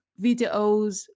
videos